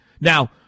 Now